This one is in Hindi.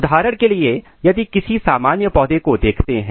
उदाहरण के लिए यदि आप किसी सामान्य पौधे को देखते हैं